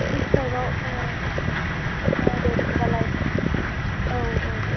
twenty फाइभआव औ दे बिदिब्लालाय औ औ